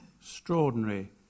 extraordinary